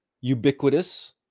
ubiquitous